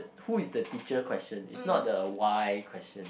who is the teacher question it's not the why question